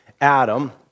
Adam